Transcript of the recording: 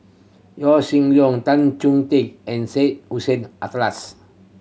Yaw Shin Leong Tan Choh Tee and Syed Hussein Alatas